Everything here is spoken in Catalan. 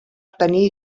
tenir